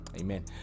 amen